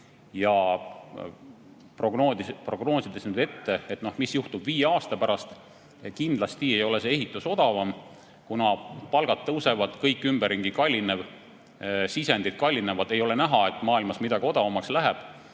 kui prognoosida ette, mis juhtub viie aasta pärast, siis kindlasti ei ole ehitus odavam. Palgad tõusevad, kõik ümberringi kallineb, sisendid kallinevad – ei ole näha, et maailmas midagi odavamaks läheb. Nii